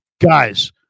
guys